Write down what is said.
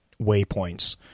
waypoints